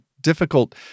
difficult